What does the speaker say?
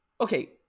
Okay